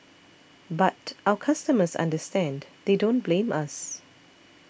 but our customers understand they don't blame us